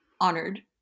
honored